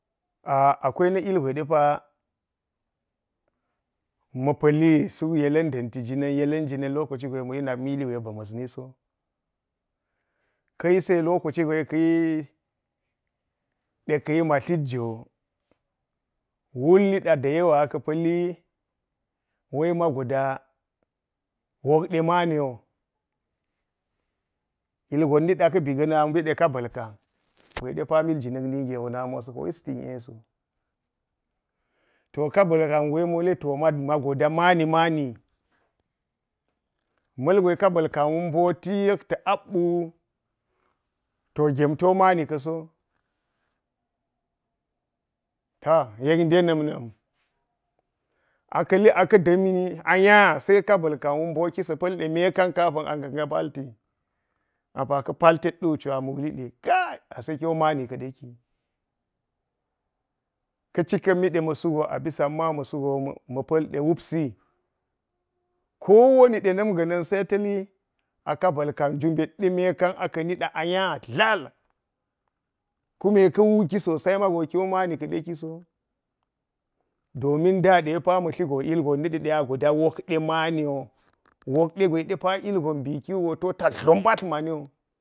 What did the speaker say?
akwai na̱ ilgwe de pa ma̱ pa̱li suk yela̱n da̱nti jina̱n yela̱n jinan na lokaci jwe mani nakmili yen ba̱ ma̱a na so. Ka̱ yise lokaci gwe kayi ɗe ka na̱ma thtgo wulniɗa da yawa aka̱ pa̱li wai ma goda wokdo maani wo. Ilgon niɗa ka̱ mbi ga̱ha̱n ama̱ mbe de kaba̱lkan gwe de pa mulja̱nna̱n nak na ge go sa̱ bo yisti sowu. To kaba̱kango yek ma̱ wuli ɗe ma goda maani – maani, ma̱lgwe de kaba̱lkanwu mboti yek ta apwu – to gem to maani ka̱so. Ta yek nda na̱m na̱m a ka̱li a ka̱ da̱mi a nya sai kabulkanwu mboti sa̱ pa̱l ɗe mekan kapa̱n a nda palti, apa ka̱ paltet wugo a ma̱ wuli ɗe kai ase kyo maani ka̱ɗe ki kacika̱n mi de musu gu api samina musugo ma̱pa̱l dewupso. Kowani – dena̱m ga̱na̱n sai tali akaba̱ltan ju mbet de mekan aka̱ ni a dlali kume ka wuki sosai mago kyo maani ka̱de kiso, domin da de pa ma̱ thigo ilgon na̱ɗa gwe a gode wokde maani – wok kume ilgon mbik wugo to ta dlo mbatl daniwu.